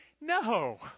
no